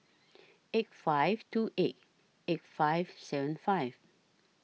eight five two eight eight five seven five